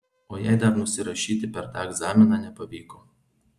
o jei dar nusirašyti per tą egzaminą nepavyko